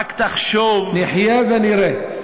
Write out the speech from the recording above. רק תחשוב, נחיה ונראה.